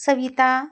Savita